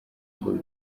ngo